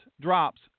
drops